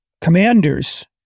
commanders